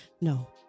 No